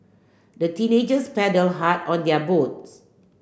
the teenagers paddled hard on their boats